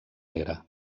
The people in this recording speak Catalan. era